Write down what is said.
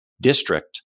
District